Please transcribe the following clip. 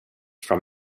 from